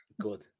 good